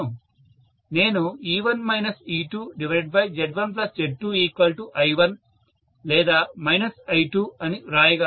నేను E1 E2Z1Z2I1 or I2 అని వ్రాయగలను